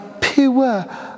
pure